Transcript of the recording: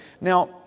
Now